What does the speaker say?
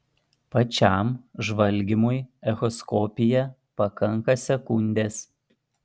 pačiam žvalgymui echoskopija pakanka sekundės